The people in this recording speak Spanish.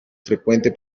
frecuente